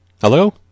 Hello